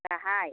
दाहाय